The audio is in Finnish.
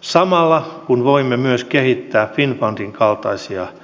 samalla kun voimme myös kehittää finnfundin kaltaisia instrumentteja